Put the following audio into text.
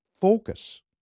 focus